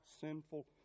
sinful